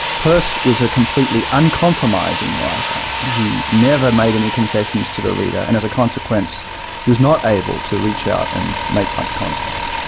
peirce was a completely uncompromising writer. he never made any concessions to the reader. and as a consequence was not able to reach out and make much contact.